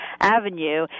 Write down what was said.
Avenue